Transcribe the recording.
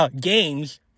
games